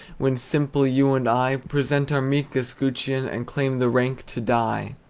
when simple you and i present our meek escutcheon, and claim the rank to die!